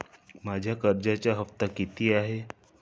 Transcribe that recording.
माझा कर्जाचा हफ्ता किती आहे?